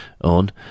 on